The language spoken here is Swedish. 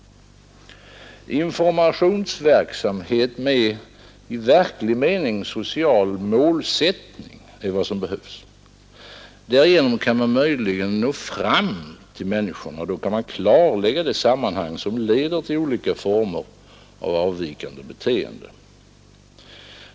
Informationsverksamhet med i verklig mening social målsättning är vad som behövs. Därigenom kan man möjligen nå fram till människorna, och då kan man klarlägga de sammanhang som leder till olika former av avvikande beteende.